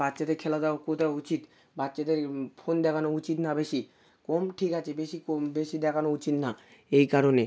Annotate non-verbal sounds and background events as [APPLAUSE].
বাচ্চাদের খেলা [UNINTELLIGIBLE] উচিত বাচ্চাদের ফোন দেখানো উচিত না বেশি কম ঠিক আছে বেশি কম বেশি দেখানো উচিত না এই কারণে